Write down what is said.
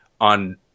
on